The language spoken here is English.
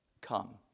come